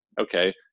okay